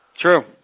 True